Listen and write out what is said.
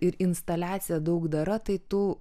ir instaliaciją daugdara tai tu